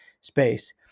space